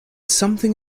something